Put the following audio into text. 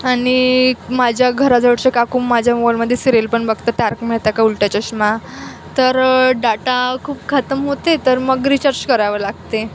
आणि माझ्या घराजवळच्या काकू माझ्या मोबाईलमध्ये सिरियल पण बघतात तारक मेहता का उल्टा चष्मा तर डाटा खूप खतम होते तर मग रिचार्ज करावं लागते